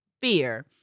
fear